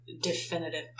definitive